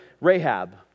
Rahab